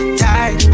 tight